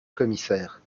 commissaire